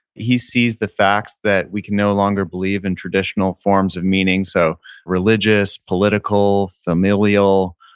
he sees the fact that we can no longer believe in traditional forms of meaning, so religious, political, familial,